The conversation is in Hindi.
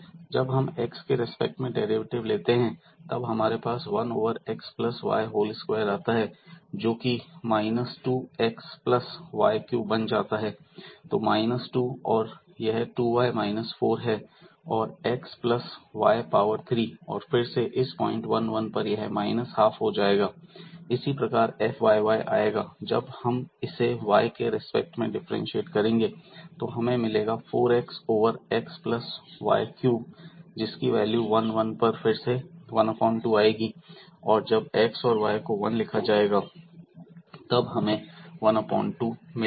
जब हम x के रिस्पेक्ट में डेरिवेटिव लेते हैं तब हमारे पास 1 over x plus y whole square आता है जोकि minus 2 over x plus y cube बन जाता है तो 2 और यह 2y 4 और x प्लस y पावर 3 और फिर से इस पॉइंट 1 1 पर यह 12 हो जाएगा इसी प्रकार fyy आएगा जब हम इसे y के रेस्पेक्ट में डिफरेंटशिएट करेंगे तो हमें मिलेगा 4x over x plus y cube जिसकी वैल्यू 1 1 पर फिर से 12 आएगी और जब x और y को वन लिखा जाएगा तब हमें ½ मिलेगा